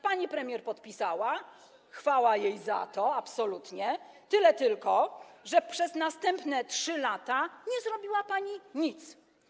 Pani premier podpisała, chwała jej za to, absolutnie, tyle tylko że przez następne 3 lata nie zrobiła pani nic.